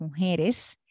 mujeres